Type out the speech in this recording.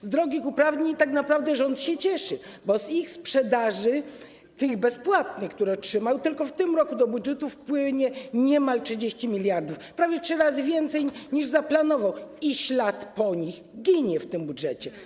Z drogich uprawnień tak naprawdę rząd się cieszy, bo z ich sprzedaży, tych bezpłatnych, które otrzymał, tylko w tym roku do budżetu wpłynie niemal 30 mld, prawie trzy razy więcej, niż zaplanował i... ślad po nich ginie w tym budżecie.